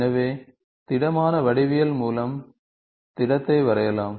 எனவே திடமான வடிவியல் மூலம் திடத்தை வரையலாம்